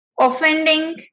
offending